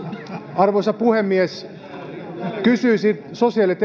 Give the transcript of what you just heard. arvoisa puhemies kysyisin sosiaali ja